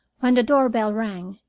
when the doorbell rang,